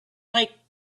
like